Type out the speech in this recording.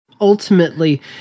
ultimately